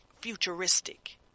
Futuristic